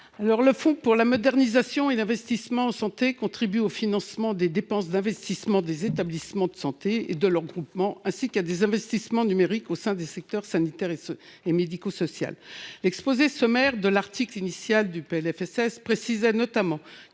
Le fonds pour la modernisation et l’investissement en santé (FMIS) contribue au financement des dépenses d’investissement des établissements de santé et de leurs groupements et des investissements numériques dans les secteurs sanitaire et médico social. L’exposé des motifs de l’article 45 du PLFSS pour 2023 précisait notamment